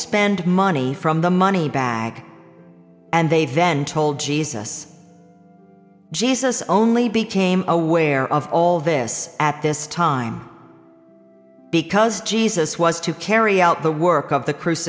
spend money from the money bag and they then told jesus jesus only became aware of all this at this time because jesus was to carry out the work of the cr